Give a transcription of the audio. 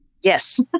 Yes